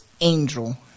Angel